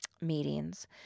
meetings